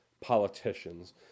politicians